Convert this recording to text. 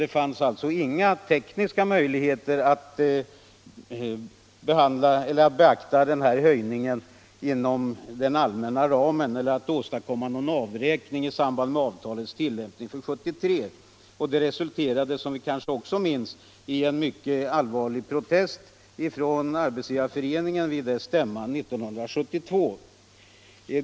Det fanns alltså inga tekniska möjligheter att beakta den här höjningen inom den allmänna ramen eller åstadkomma någon avräkning i samband med avtalets tillämpning för 1973. Som vi kanske också minns resulterade detta i en mycket allvarlig protest från Arbetsgivareföreningen vid dess stämma 1972.